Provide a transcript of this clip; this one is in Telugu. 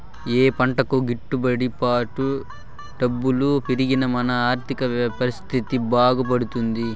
ఏ పంటకు గిట్టు బాటు డబ్బులు పెరిగి మన ఆర్థిక పరిస్థితి బాగుపడుతుంది?